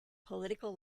political